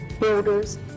builders